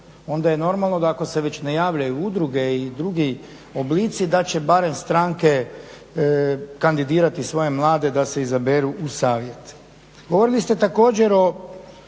onda je normalno da ako se već ne javljaju udruge i drugi oblici da će barem stranke kandidirati svoje mlade da se izaberu u savjet.